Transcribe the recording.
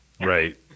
Right